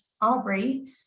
Aubrey